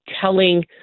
telling